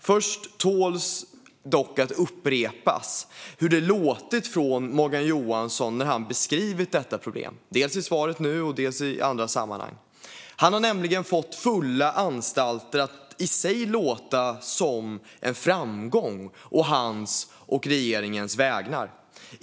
För det tål dock att upprepas hur det har låtit från Morgan Johansson när han beskrivit detta problem, dels i svaret nu, dels i andra sammanhang. Han har nämligen fått fulla anstalter att i sig låta som en framgång å hans och regeringens vägnar.